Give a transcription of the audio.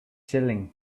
chilling